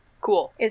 Cool